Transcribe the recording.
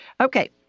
Okay